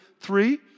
three